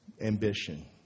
ambition